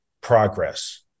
progress